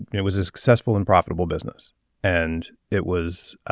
it was a successful and profitable business and it was